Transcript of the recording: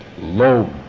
low